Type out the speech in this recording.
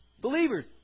believers